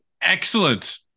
Excellent